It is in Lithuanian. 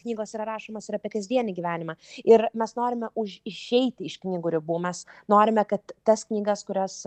knygos yra rašomos ir apie kasdienį gyvenimą ir mes norime už išeiti iš knygų ribų mes norime kad tas knygas kurias